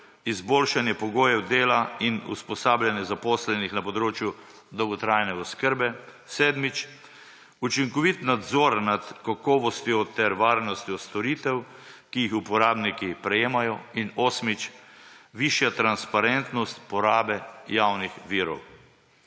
izboljšanje pogojev dela in usposabljanje zaposlenih na področju dolgotrajne oskrbe. Sedmič, učinkovit nadzor na kakovostjo ter varnostjo storitev, ki jih uporabniki prejemajo. In osmič, višja transparentnost porabe javnih virov.